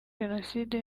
jenoside